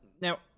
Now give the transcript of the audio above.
now